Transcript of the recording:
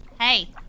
Hey